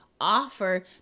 offer